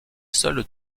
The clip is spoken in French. seul